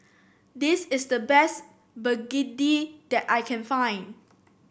this is the best begedil that I can find